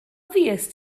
fuest